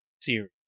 series